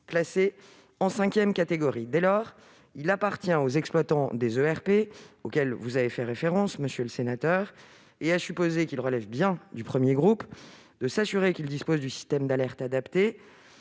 classés en cinquième catégorie. Dès lors, il appartient aux exploitants des ERP auxquels vous avez fait référence, et à supposer qu'ils relèvent bien du premier groupe, de s'assurer qu'ils disposent d'un système d'alerte adapté,